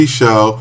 show